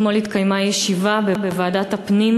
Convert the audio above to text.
אתמול התקיימה בוועדת הפנים